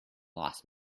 loss